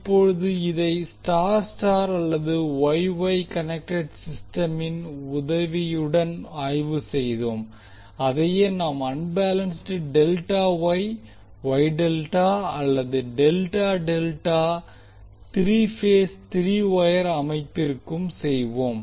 இப்போது இதை star star அல்லது வொய் வொய் கனெக்டெட் சிஸ்டமின் உதவியுடன் ஆய்வு செய்தோம் அதையே நாம் unbalanced delta Y Y delta அல்லது delta delta three phase three wire அமைப்பிற்கும் செய்வோம்